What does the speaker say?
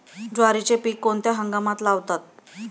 ज्वारीचे पीक कोणत्या हंगामात लावतात?